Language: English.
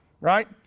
Right